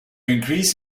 increase